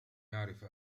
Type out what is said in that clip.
يعرف